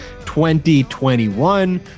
2021